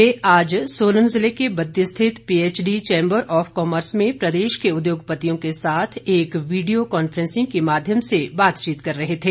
वे आज सोलन ज़िले के बद्दी स्थित पीएचडी चैंबर ऑफ कार्मस में प्रदेश के उद्योगपतियों के साथ एक विडियों कॉन्फ्रेसिंग के माध्यम से बातचीत कर रहे थे